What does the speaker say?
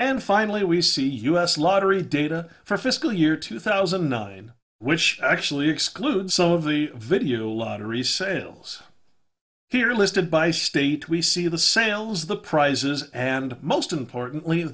and finally we see us lottery data for fiscal year two thousand and nine which actually exclude some of the video lottery sales here listed by state we see the sales of the prizes and most importantly